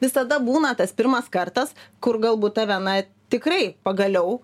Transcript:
visada būna tas pirmas kartas kur galbūt tave na tikrai pagaliau